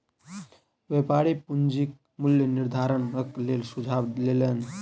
व्यापारी पूंजीक मूल्य निर्धारणक लेल सुझाव लेलैन